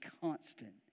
constant